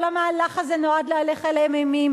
כל המהלך הזה נועד להלך עליהם אימים,